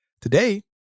Today